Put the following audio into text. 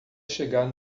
chegar